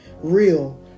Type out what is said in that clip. real